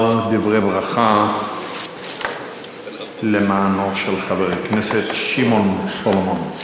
דברי ברכה למענו של חבר הכנסת שמעון סולומון.